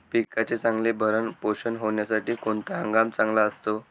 पिकाचे चांगले भरण पोषण होण्यासाठी कोणता हंगाम चांगला असतो?